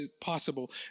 possible